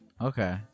Okay